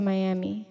Miami